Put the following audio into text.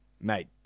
Mate